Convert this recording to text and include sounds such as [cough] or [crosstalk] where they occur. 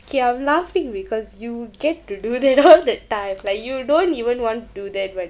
kay I'm laughing because you get to do that [laughs] all the time like you don't even want do that but